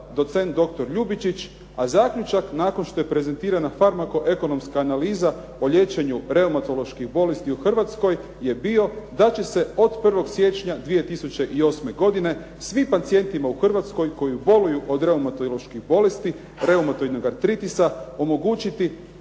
docent doktor Ljubičić a zaključak nakon što je prezentirana ../Govornik se ne razumije./… analiza o liječenju reomatoloških bolesti u Hrvatskoj je bio da će se od 1. siječnja 2008. godine svim pacijentima u Hrvatskoj koji boluju od reumatoloških bolesti, reumatoidnog artritisa omogućiti